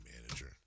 manager